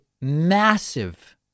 massive